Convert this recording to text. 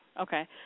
Okay